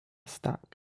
stack